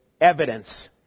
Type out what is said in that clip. evidence